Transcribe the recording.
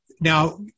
now